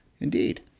Indeed